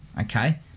okay